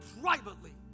privately